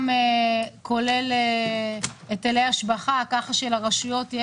גם כולל היטלי השבחה כך שלרשויות תהיה